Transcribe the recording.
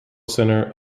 centre